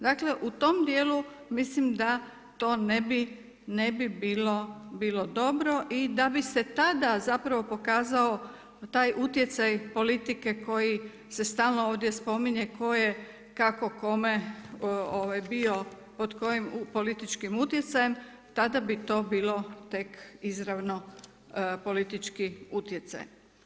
Dakle, u tom dijelu mislim da to ne bi bilo dobro i da bi se tada zapravo pokazao taj utjecaj politike koji se stalno ovdje spominje koje kako kome bio pod kojim političkim utjecajem tada bi to bilo tek izravno politički utjecaj.